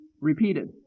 repeated